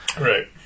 Right